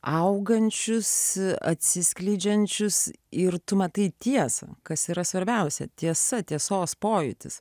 augančius atsiskleidžiančius ir tu matai tiesą kas yra svarbiausia tiesa tiesos pojūtis